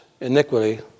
iniquity